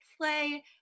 play